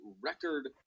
record